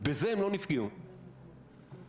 נעשה סדר במה שקורה